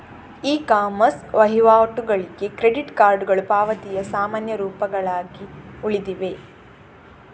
E commerce ವಹಿವಾಟುಗಳಿಗೆ credit ಕಾರ್ಡುಗಳು ಪಾವತಿಯ ಸಾಮಾನ್ಯ ರೂಪಗಳಾಗಿ ಉಳಿದಿವೆ